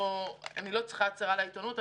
אני לא צריכה הצהרה לעיתונות.